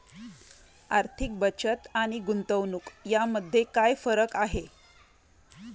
आर्थिक बचत आणि गुंतवणूक यामध्ये काय फरक आहे?